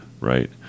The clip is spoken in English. right